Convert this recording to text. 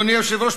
אדוני היושב-ראש,